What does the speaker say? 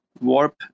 Warp